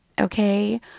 Okay